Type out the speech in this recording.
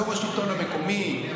יו"ר השלטון המקומי,